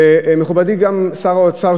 וגם מכובדי שר האוצר,